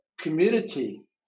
community